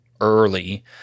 early